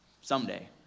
Someday